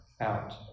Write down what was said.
out